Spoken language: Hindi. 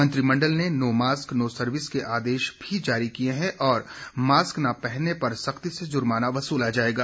मंत्रिमंडल ने नो मास्क नो सर्विस के आदेश भी जारी किए हैंऔर मास्कर न पहनने पर जुर्माना वसूला जाएगा